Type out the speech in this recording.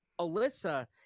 Alyssa